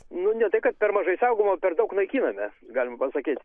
nu ne tai kad per mažai saugom o per daug naikiname galim pasakyti